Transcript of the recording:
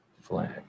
flag